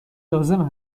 لازم